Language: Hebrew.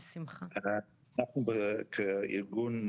היום יום שני, ה-31 במאי 2022, א' בסיון התשפ"ב.